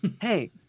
Hey